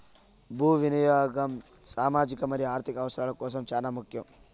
భూ వినియాగం సామాజిక మరియు ఆర్ధిక అవసరాల కోసం చానా ముఖ్యం